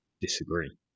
disagree